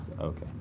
Okay